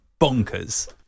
bonkers